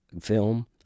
film